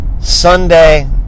Sunday